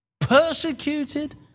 persecuted